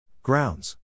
Grounds